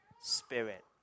Spirit